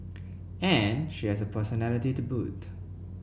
and she has a personality to boot